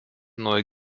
neue